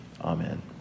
Amen